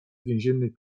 więziennej